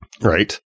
right